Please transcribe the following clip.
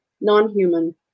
non-human